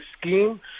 scheme